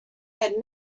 had